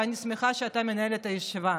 ואני שמחה שאתה מנהל את הישיבה,